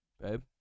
babe